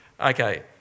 Okay